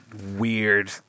weird